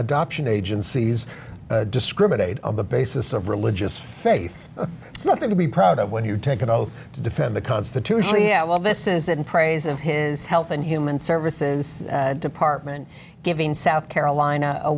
adoption agencies discriminate on the basis of religious faith nothing to be proud of when you take an oath to defend the constitution yeah well this is in praise of his health and human services department giving south carolina a